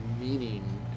meaning